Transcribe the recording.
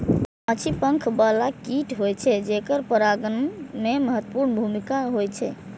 माछी पंख बला कीट होइ छै, जेकर परागण मे महत्वपूर्ण भूमिका होइ छै